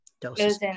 Doses